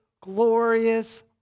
glorious